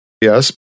Yes